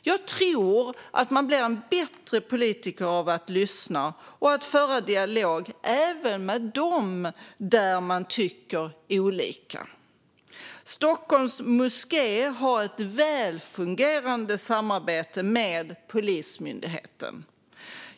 Jag tror man blir en bättre politiker av att lyssna och att föra en dialog även med dem där man tycker olika. Stockholms moské har ett välfungerande samarbete med Polismyndigheten.